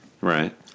right